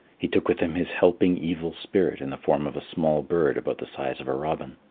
he took with him his helping evil spirit in the form of a small bird about the size of a robin.